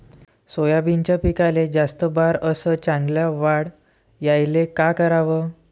सोयाबीनच्या पिकाले जास्त बार अस चांगल्या वाढ यायले का कराव?